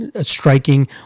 striking